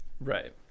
Right